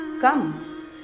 Come